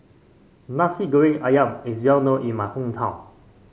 Nasi Goreng ayam is well known in my hometown